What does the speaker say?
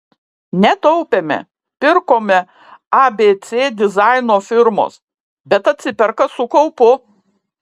netaupėme pirkome abc dizaino firmos bet atsiperka su kaupu